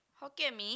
Hokkien-Mee